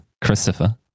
Christopher